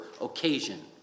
occasion